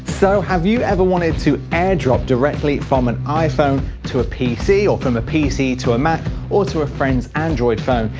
so have you ever wanted to airdrop directly from an iphone to a pc or from a pc to a mac or to a friend's android phone?